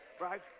Right